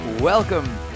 Welcome